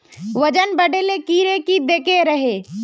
वजन बढे ले कीड़े की देके रहे?